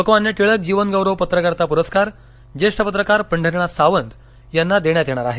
लोकमान्य टिळक जीवनगौरव पत्रकारिता पुरस्कार ज्येष्ठ पत्रकार पंढरीनाथ सावंत यांना देण्यात येणार आहे